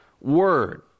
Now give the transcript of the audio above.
word